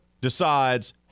decides